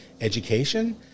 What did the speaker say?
education